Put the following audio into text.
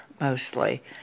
mostly